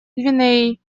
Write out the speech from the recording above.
гвинеей